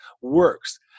works